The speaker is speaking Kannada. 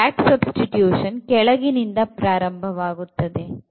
ಇಲ್ಲಿ back substitution ಕೆಳಗಿನಿಂದ ಪ್ರಾರಂಭವಾಗುತ್ತದೆ